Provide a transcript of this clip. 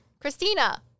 Christina